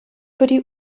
пӗри